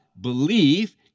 believe